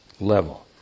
level